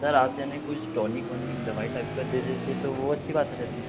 sir आप यानि कुछ टोनिक वोनिक दवाई टाइप का दे देते तो वो अच्छी बात रहेती